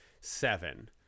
seven